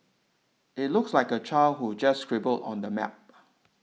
it looks like a child who just scribbled on the map